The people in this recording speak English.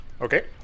Okay